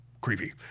Creepy